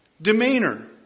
Demeanor